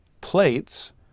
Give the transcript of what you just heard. Plates